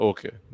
Okay